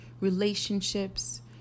relationships